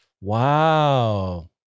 Wow